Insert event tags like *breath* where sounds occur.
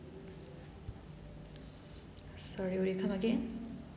*breath* sorry would you come again